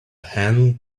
hand